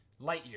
Lightyear